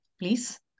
Please